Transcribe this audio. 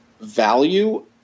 value